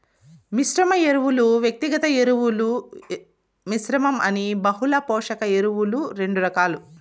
మిశ్రమ ఎరువులు, వ్యక్తిగత ఎరువుల మిశ్రమం అని బహుళ పోషక ఎరువులు రెండు రకాలు